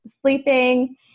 sleeping